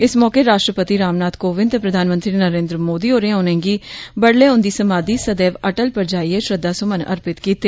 इस मौके राष्ट्रपति रामनाथ कोबिंद ते प्रधानमंत्री नरेन्द्र मोदी होरें उनेंगी बडलै उन्दी समाधी 'सदेव अटल' पर जाईयै श्रद्धा सुमन अर्पित कीते